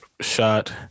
shot